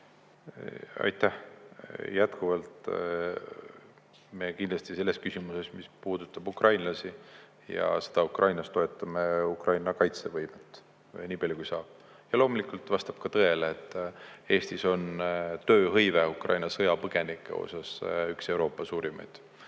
Aitäh! Jätkuvalt, me kindlasti selles küsimuses, mis puudutab ukrainlasi ja sõda Ukrainas, toetame Ukraina kaitsevõimet nii palju, kui saab. Loomulikult vastab ka tõele, et Eestis on tööhõive Ukraina sõjapõgenike tõttu üks Euroopa suurimaid.